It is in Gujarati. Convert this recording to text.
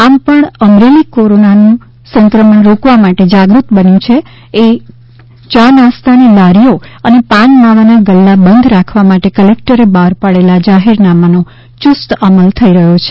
આમ પણ અમરેલી કોરોનાનું સંક્રમણ રોકવા માટે જાગૃત બન્યું છે એ યા નાસ્તાની લારીઓ અને પાન માવાના ગલ્લા બંધ રાખવા માટે કલેકટરે બહાર પડેલા જાહેરનામા યુસ્ત અમલ થઈ રહ્યો છે